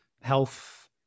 health